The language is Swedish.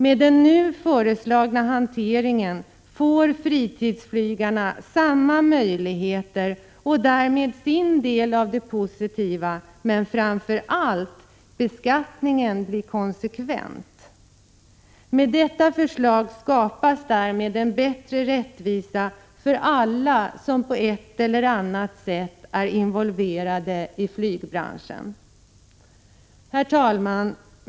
Med den nu föreslagna hanteringen får fritidsflygarna samma möjligheter och därmed sin del av det positiva, men framför allt blir beskattningen konsekvent. Med detta förslag skapas rättvisa för alla som på ett eller annat sätt är involverade i flygbranschen. Herr talman!